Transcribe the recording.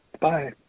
Bye